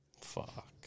Fuck